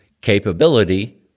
capability